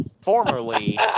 formerly